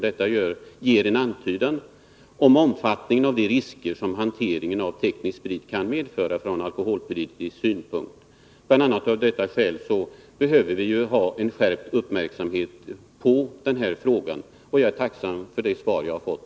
Detta ger en antydan om omfattningen av de risker från alkoholpolitisk synpunkt som hanteringen av teknisk sprit kän medföra. Bl. a. av detta skäl behöver vi ha en skärpt uppmärksamhet på den här frågan. Jag är tacksam för det svar jag har fått.